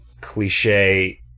cliche